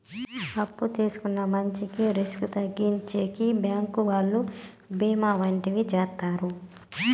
అప్పు తీసుకున్న మంచికి రిస్క్ తగ్గించేకి బ్యాంకు వాళ్ళు బీమా వంటివి చేత్తారు